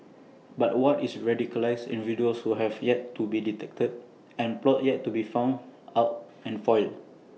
but what is radicalised individuals who have yet to be detected and plots yet to be found out and foiled